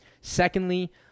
Secondly